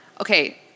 Okay